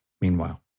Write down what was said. meanwhile